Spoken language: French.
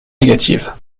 négatives